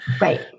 Right